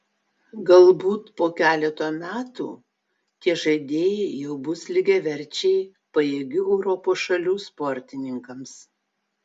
galbūt po keleto metų tie žaidėjai jau bus lygiaverčiai pajėgių europos šalių sportininkams